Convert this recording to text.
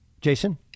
Jason